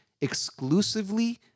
exclusively